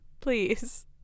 please